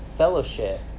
fellowship